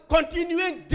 Continuing